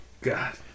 God